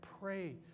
pray